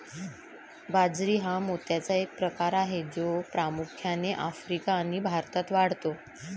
बाजरी हा मोत्याचा एक प्रकार आहे जो प्रामुख्याने आफ्रिका आणि भारतात वाढतो